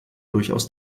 durchaus